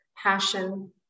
passion